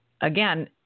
again